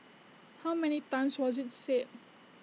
how many times was IT said